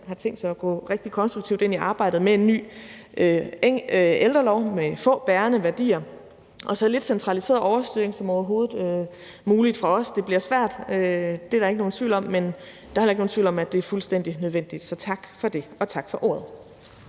har tænkt sig at gå rigtig konstruktivt ind i arbejdet med en ny ældrelov med få bærende værdier og så lidt centraliseret overstyring som overhovedet muligt fra os. Det bliver svært, det er der ikke nogen tvivl om, men der er heller ikke nogen tvivl om, at det er fuldstændig nødvendigt. Så tak for det, og tak for ordet.